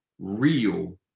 real